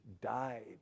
died